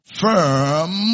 firm